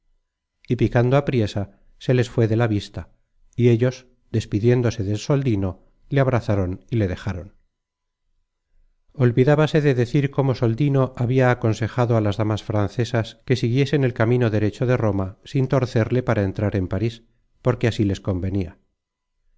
y picando apriesa se les fué de la vista y ellos despidiéndose de soldino le abrazaron y le dejaron olvidábase de decir cómo soldino habia aconsejado a las damas francesas que siguiesen el camino derecho de roma sin torcerle para entrar en parís porque así les convenia